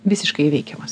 visiškai įveikiamas